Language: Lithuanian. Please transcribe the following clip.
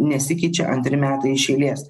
nesikeičia antri metai iš eilės